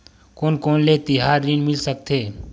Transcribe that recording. कोन कोन ले तिहार ऋण मिल सकथे?